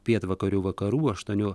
pietvakarių vakarų aštuonių